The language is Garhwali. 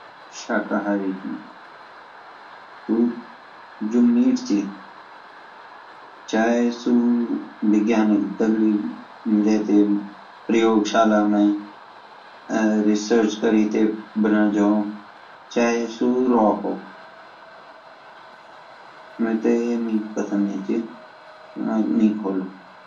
मई जो छू शकाहारी छू तो जो मीट ची चाहे सु वैज्ञानि दगडी लेते प्रयोग शाला मे रेसच कृ ते बना जो चाहे सु रॉ हो मेते पसंद नई ची मई नई खोलू